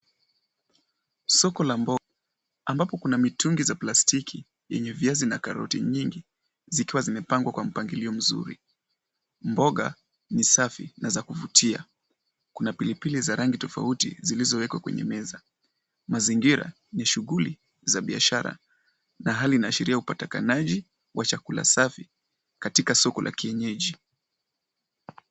Soko la mboga ambako kuna mitungi za plastiki yenye viazi na karoti nyingi zikiwa zimepangwa kwa mpangilo mzuri. Mboga ni safi na za kuvutia. Kuna pilipili za rangi tofauti zilizowekwa kwenye meza. Mazingira ni shughuli za biashara na hali inaashiria upatakanaji wa chakula katika soko la kienyeji.